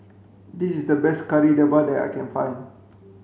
this is the best Kari Debal that I can find